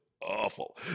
awful